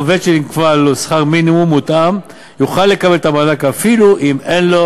עובד שנקבע לו שכר מינימום מותאם יוכל לקבל את המענק אפילו אם אין לו